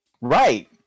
Right